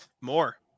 More